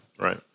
Right